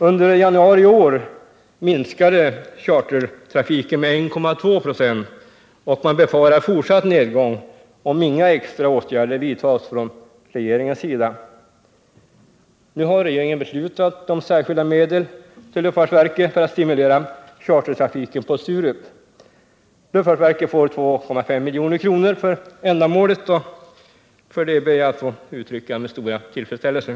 Under januari i år minskade chartertrafiken med 1,2 96 , och man befarar en fortsatt nedgång om inga extra åtgärder vidtas från regeringens sida. Nu har regeringen beslutat om särskilda medel till luftfartsverket för att stimulera chartertrafiken på Sturup. Luftfartsverket får 2,5 milj.kr. för ändamålet, och för det ber jag att få uttrycka min stora tillfredsställelse.